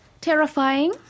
terrifying